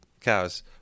cows